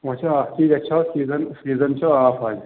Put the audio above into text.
وۅں چھا اکھ چیٖز یتھ چھُ چلان سیٖزن سیٖزن چھُ آف وۅنۍ